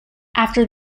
after